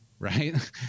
Right